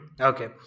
Okay